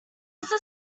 also